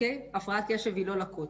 הפרעת קשב היא לא לקות.